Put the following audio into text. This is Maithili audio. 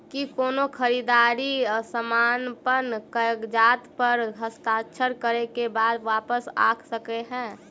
की कोनो खरीददारी समापन कागजात प हस्ताक्षर करे केँ बाद वापस आ सकै है?